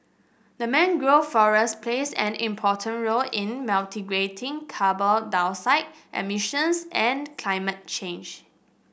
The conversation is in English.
the mangrove forest plays an important role in mitigating carbon dioxide emissions and climate change